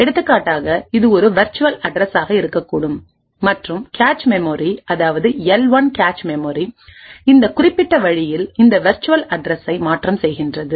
எடுத்துக்காட்டாக இது ஒரு வெர்ச்சுவல் அட்ரஸ் ஆக இருக்கக்கூடும் மற்றும் கேச் மெமரி அதாவது எல் 1 கேச் மெமரி இந்த குறிப்பிட்ட வழியில் இந்த வெர்ச்சுவல் அட்ரஸை மாற்றம் செய்கின்றது